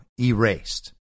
erased